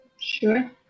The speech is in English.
Sure